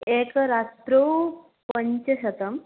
एकरात्रौ पञ्चशतं